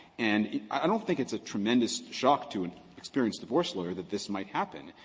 and i don't think it's a tremendous shock to an experienced divorce lawyer that this might happen.